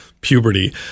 puberty